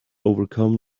overcome